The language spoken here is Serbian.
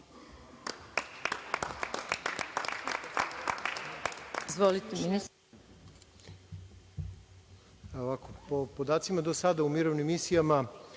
Po podacima do sada u mirovnim misijama,